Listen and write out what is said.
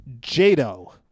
Jado